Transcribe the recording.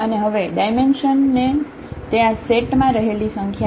અને હવે ડાયમેન્શન તે આ સેટ માં રહેલી સંખ્યા છે